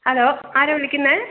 hello ആരാണ് വിളിക്കുന്നത്